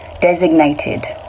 designated